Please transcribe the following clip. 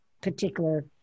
particular